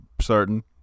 certain